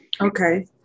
Okay